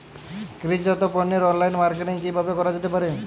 কৃষিজাত পণ্যের online marketing কিভাবে করা যেতে পারে?